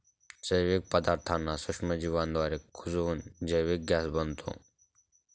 जैविक पदार्थांना सूक्ष्मजीवांद्वारे कुजवून जैविक गॅस बनतो